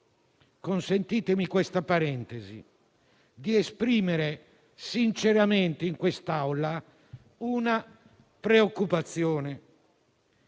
di aprire una parentesi ed esprimere sinceramente in quest'Aula una preoccupazione: